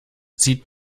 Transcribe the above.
sieht